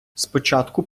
спочатку